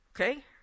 okay